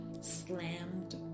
slammed